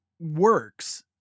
works